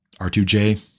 R2J